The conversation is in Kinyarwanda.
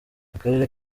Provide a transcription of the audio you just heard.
akarere